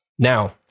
Now